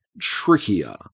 trickier